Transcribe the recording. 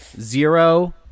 zero